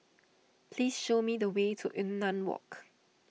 please show me the way to Yunnan Walk